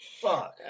fuck